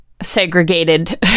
segregated